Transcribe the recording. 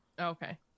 Okay